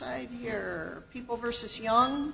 i hear people versus young